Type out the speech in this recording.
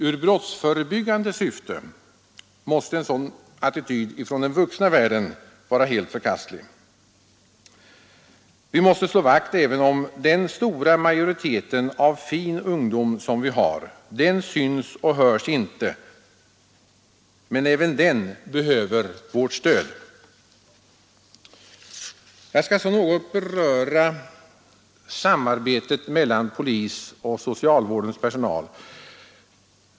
En sådan attityd från den vuxna världen måste vara helt förkastlig i brottsförebyggande syfte. Vi måste även slå vakt om den stora majoriteten av fin ungdom — den syns och hörs inte, men även den behöver vårt stöd. Jag skall så något beröra samarbetet mellan polisen och socialvårdens personal.